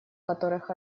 которых